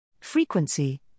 Frequency